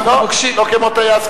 לא, לא כמו טייס.